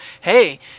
Hey